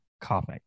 comic